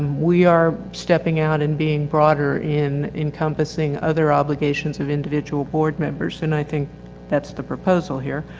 we are stepping out and being broader in encompassing other obligations of individual board members. and i think that's the proposal here.